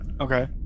Okay